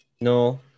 No